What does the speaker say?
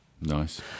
nice